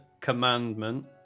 Commandment